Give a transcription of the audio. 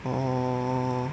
orh